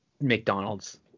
McDonald's